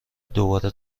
دوباره